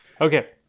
Okay